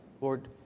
Lord